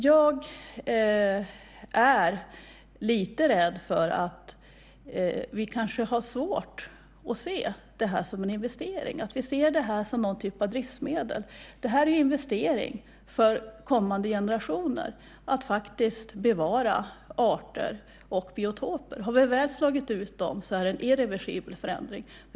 Jag är lite rädd för att vi kanske har svårt att se det här som en investering. Vi ser det som någon typ av driftmedel. Det är en investering för kommande generationer att faktiskt bevara arter och biotoper. Har vi väl slagit ut dem är det en irreversibel förändring.